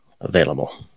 available